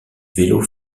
vélo